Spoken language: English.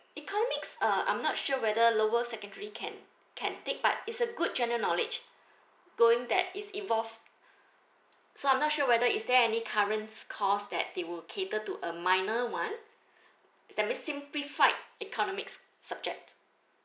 economics uh I'm not sure whether lower secondary can can take but it's a good general knowledge knowing that it's evolved so I'm not sure whether is there any current course that they would cater to a minor one that mean simplify the economics subject